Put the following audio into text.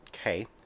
Okay